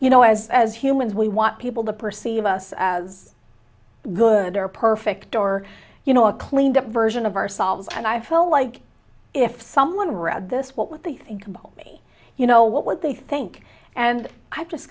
you know as as humans we want people to perceive us as good or perfect or you know a cleaned up version of ourselves and i feel like if someone read this what with the thinkable you know what would they think and i just